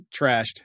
trashed